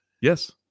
yes